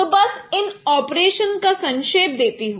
तो बस इन ऑपरेशन का संक्षेप देता हूं